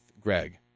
Greg